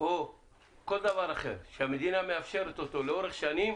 או כל דבר אחר שהמדינה מאפשרת אותו לאורך שנים